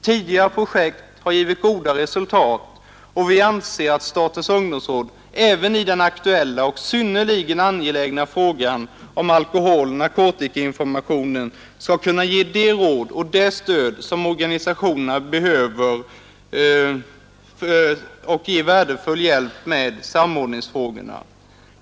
Tidigare projekt har givit goda resultat och vi anser, att Statens Ungdomsråd även i den aktuella och synnerligen angelägna frågan om alkoholoch narkotikainformationen skall kunna ge de råd och det stöd, som organisationerna behöver och ge värdefull hjälp med samordningsfrågorna.